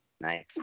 Nice